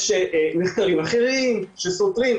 שיש מחקרים שסותרים,